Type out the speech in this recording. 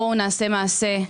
בואו נעשה מעשה.